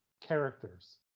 characters